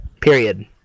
period